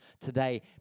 today